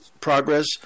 progress